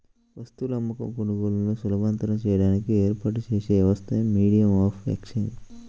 వస్తువుల అమ్మకం, కొనుగోలులను సులభతరం చేయడానికి ఏర్పాటు చేసిన వ్యవస్థే మీడియం ఆఫ్ ఎక్సేంజ్